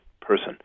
person